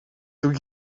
took